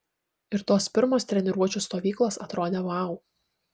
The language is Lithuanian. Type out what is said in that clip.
ir tos pirmos treniruočių stovyklos atrodė vau